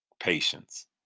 patience